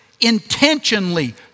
intentionally